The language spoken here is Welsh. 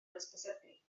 hysbysebu